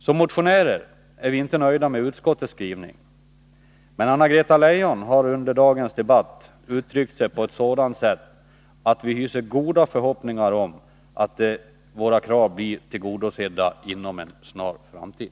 Som motionärer är vi inte nöjda med utskottets skrivning, men Anna Greta Leijon har under dagens debatt uttryckt sig på ett sådant sätt att vi hyser goda förhoppningar om att våra krav blir tillgodosedda inom en snar framtid.